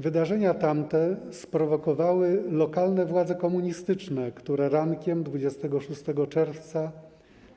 Wydarzenia te sprowokowały lokalne władze komunistyczne, które rankiem 26 czerwca